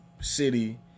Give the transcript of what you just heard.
city